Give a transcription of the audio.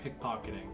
pickpocketing